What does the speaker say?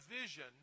vision